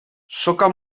soka